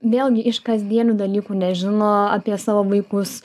vėlgi iš kasdienių dalykų nežino apie savo vaikus